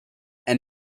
and